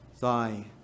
Thy